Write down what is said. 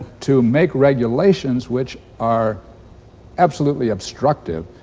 to make regulations which are absolutely obstructive.